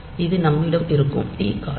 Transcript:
இது நம்மிடம் இருக்கும் t காலம்